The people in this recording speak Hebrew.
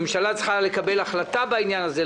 הממשלה תצטרך לקבל החלטה בעניין הזה,